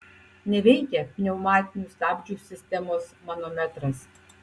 neveikia pneumatinių stabdžių sistemos manometras